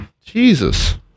Jesus